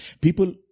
people